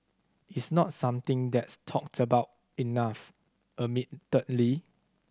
it's not something that's talked about enough admittedly